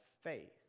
faith